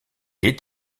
est